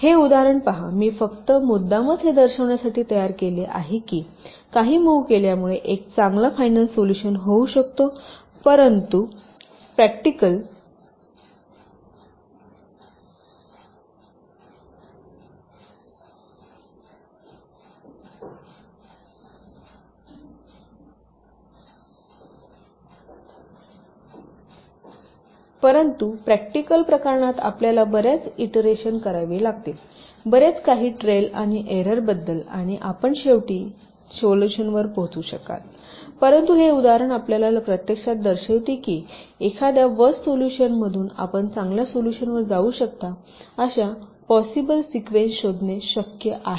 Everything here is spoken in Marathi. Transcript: हे उदाहरण पहा मी फक्त मुद्दामच हे दर्शविण्यासाठी तयार केले आहे की काही मूव्ह केल्यामुळे एक चांगला फायनल सोल्युशन होऊ शकतो परंतु प्रॅक्टिकल संदर्भ वेळ2839 प्रकरणात आपल्याला बर्याच ईंटरेशन करावी लागतील बरेच काही ट्रेल आणि एररबद्दल आणि आपण शेवटी शेवटच्या सोल्युशनवर पोहोचू शकाल परंतु हे उदाहरण आपल्याला प्रत्यक्षात दर्शविते की एखाद्या वर्स्ट सोल्युशनतून आपण चांगल्या सोल्युशनवर जाऊ शकता अशा पॉसिबल सिक्वेन्स शोधणे शक्य आहे